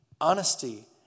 honesty